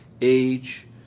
age